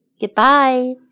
Goodbye